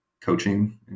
coaching